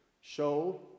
show